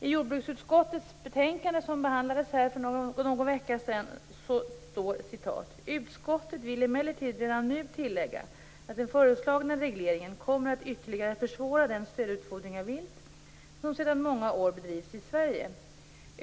I jordbruksutskottets betänkande, som behandlades här för någon vecka sedan, står: "Utskottet vill emellertid redan nu tillägga att den föreslagna regleringen kommer att ytterligare försvåra den stödutfodring av vilt som sedan många år bedrivs i Sverige.